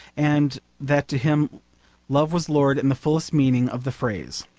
and that to him love was lord in the fullest meaning of the phrase.